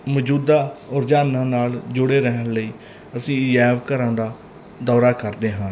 ਮੌਜੂਦਾ ਰੁਝਾਨਾਂ ਨਾਲ ਜੁੜੇ ਰਹਿਣ ਲਈ ਅਸੀਂ ਅਜਾਇਬ ਘਰਾਂ ਦਾ ਦੌਰਾ ਕਰਦੇ ਹਾਂ